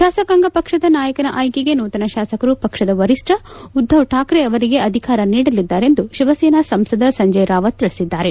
ಶಾಸಕಾಂಗ ಪಕ್ಷದ ನಾಯಕನ ಆಯ್ಕೆಗೆ ನೂತನ ಶಾಸಕರು ಪಕ್ಷದ ವರಿಷ್ಠ ಉದ್ದವ್ ಠಾಕ್ರೆ ಅವರಿಗೆ ಅಧಿಕಾರ ನೀಡಲಿದ್ದಾರೆ ಎಂದು ಶಿವಸೇನಾ ಸಂಸದ ಸಂಜಯ್ ರಾವತ್ ತಿಳಿಸಿದ್ದಾರೆ